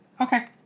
Okay